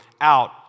out